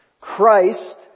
Christ